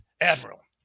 Admiral